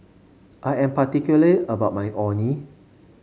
I am particular about my Orh Nee